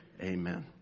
Amen